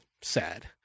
sad